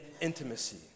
intimacy